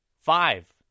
five